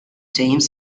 james